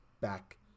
back